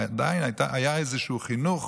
עדיין היה איזשהו חינוך